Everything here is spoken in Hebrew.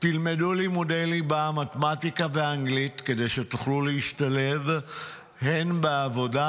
תלמדו לימודי ליבה מתמטיקה ואנגלית כדי שתוכלו להשתלב הן בעבודה